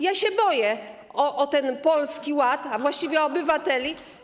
Ja się boję o ten Polski Ład, a właściwie o obywateli.